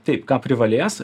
taip ką privalės